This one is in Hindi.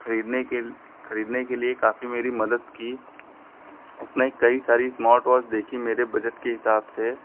खरीदने के खरीदने के लिए काफी मेरी मदद की उसने कई सारी इस्मार्टवाच देखी मेरे बजट के हिसाब से